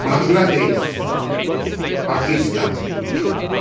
Bangladesh Pakistan